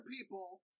people